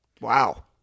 Wow